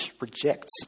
rejects